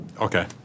okay